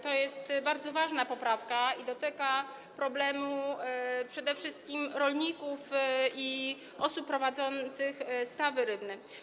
To jest bardzo ważna poprawka, dotyka ona problemu przede wszystkim rolników i osób prowadzących stawy rybne.